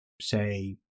say